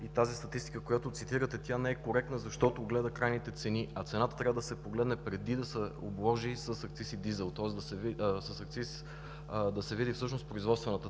Тази статистика, която цитирате, не е коректна, защото гледа крайните цени, а цената трябва да се погледне, преди да се обложи с акциз, да се види всъщност производствената